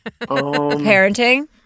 Parenting